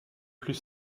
plus